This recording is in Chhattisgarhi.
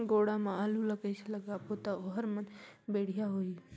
गोडा मा आलू ला कइसे लगाबो ता ओहार मान बेडिया होही?